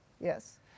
Yes